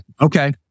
Okay